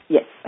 Yes